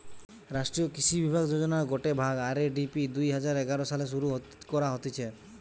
রাষ্ট্রীয় কৃষি বিকাশ যোজনার গটে ভাগ, আর.এ.ডি.পি দুই হাজার এগারো সালে শুরু করা হতিছে